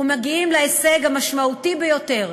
ומגיעים להישג המשמעותי ביותר: